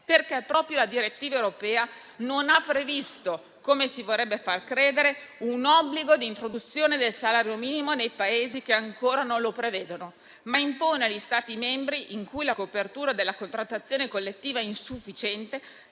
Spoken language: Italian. Perché proprio la direttiva europea non ha previsto, come si vorrebbe far credere, un obbligo di introduzione del salario minimo nei Paesi che ancora non lo prevedono, ma impone agli Stati membri in cui la copertura della contrattazione collettiva è insufficiente,